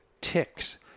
ticks